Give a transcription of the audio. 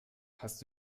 hast